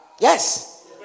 yes